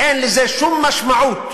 אין לזה שום משמעות.